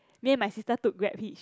me and my sister took Grab hitch